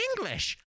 English